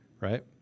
Right